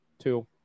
two